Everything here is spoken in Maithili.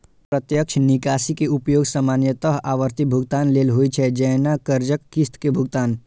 प्रत्यक्ष निकासी के उपयोग सामान्यतः आवर्ती भुगतान लेल होइ छै, जैना कर्जक किस्त के भुगतान